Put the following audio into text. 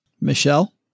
Michelle